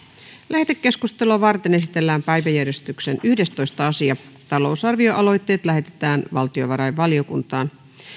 lähetekeskustelua varten esitellään päiväjärjestyksen yhdestoista asia talousarvioaloitteet lähetetään valtiovarainvaliokuntaan